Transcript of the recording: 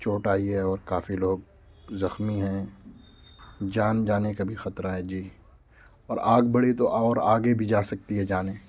چوٹ آئی ہے اور کافی لوگ زخمی ہیں جان جانے کا بھی خطرہ ہے جی اور آگ بڑھی تو اور آگے بھی جا سکتی ہے جانیں